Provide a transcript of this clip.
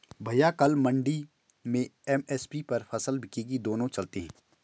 भैया कल मंडी में एम.एस.पी पर फसल बिकेगी दोनों चलते हैं